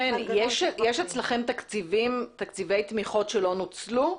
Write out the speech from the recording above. חן, יש אצלכם תקציבי תמיכות שלא נוצלו?